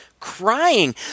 crying